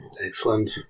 Excellent